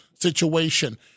situation